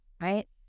right